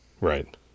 Right